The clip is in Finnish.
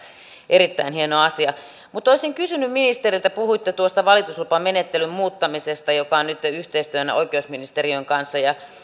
erittäin hieno asia mutta olisin kysynyt ministeriltä puhuitte tuosta valituslupamenettelyn muuttamisesta joka on nytten yhteistyönä oikeusministeriön kanssa